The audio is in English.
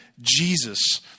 Jesus